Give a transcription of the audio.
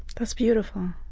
that's beautiful.